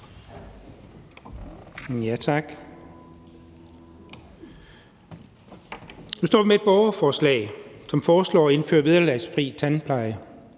Nu står vi med et borgerforslag, hvor det foreslås at indføre vederlagsfri tandpleje